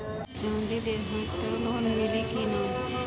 चाँदी देहम त लोन मिली की ना?